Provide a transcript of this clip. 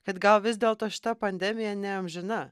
kad gal vis dėlto šita pandemija neamžina